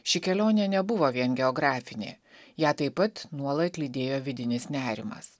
ši kelionė nebuvo vien geografinė ją taip pat nuolat lydėjo vidinis nerimas